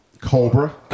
Cobra